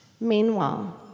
Meanwhile